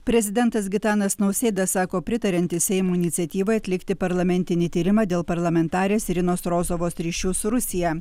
prezidentas gitanas nausėda sako pritariantis seimo iniciatyvai atlikti parlamentinį tyrimą dėl parlamentarės irinos rozovos ryšių su rusija